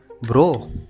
Bro